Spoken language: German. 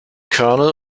kernel